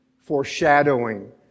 Foreshadowing